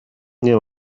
nie